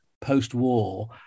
post-war